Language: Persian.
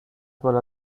بالا